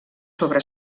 sobre